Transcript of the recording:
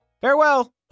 Farewell